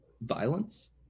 violence